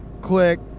click